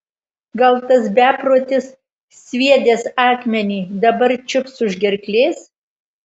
gal tas beprotis sviedęs akmenį dabar čiups už gerklės